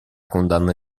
condanna